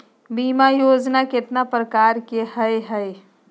बीमा योजना केतना प्रकार के हई हई?